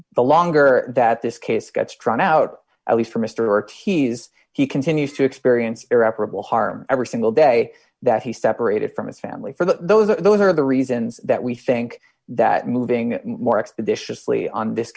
the longer that this case gets drawn out at least for mr t s he continues to experience irreparable harm every single day that he separated from his family for those those are the reasons that we think that moving more expeditiously on this